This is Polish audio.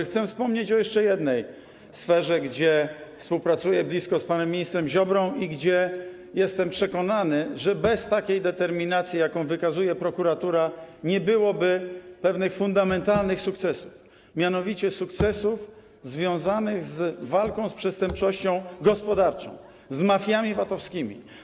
Chcę wspomnieć o jeszcze jednej sferze, gdzie współpracuję blisko z panem ministrem Ziobrą i jestem przekonany, że bez tej determinacji, jaką wykazuje prokuratura, nie byłoby pewnych fundamentalnych sukcesów, sukcesów związanych z walką z przestępczością gospodarczą, z mafiami VAT-owskimi.